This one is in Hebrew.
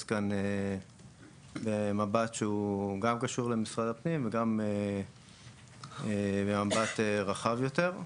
כאן במבט שהוא גם קשור למשרד הפנים וגם במבט רחב יותר.